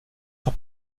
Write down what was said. sur